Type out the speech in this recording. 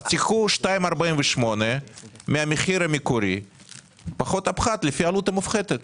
אז תיקחו 2.48% מהמחיר המקורי פחות הפחת לפי העלות המופחתת,